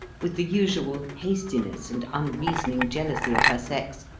with the usual hastiness and unreasoning jealousy of her sex,